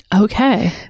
Okay